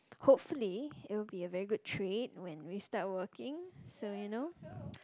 hopefully it will be a very good trait when we start working so you know